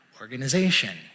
organization